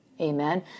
Amen